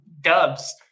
dubs